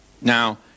now